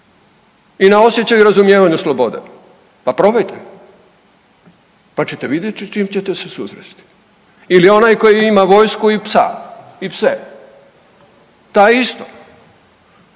i na osjećaju razumijevanju slobode. Pa probajte, pa ćete vidjeti s čim ćete se susresti ili onaj koji ima vojsku i psa i pse. Taj isto,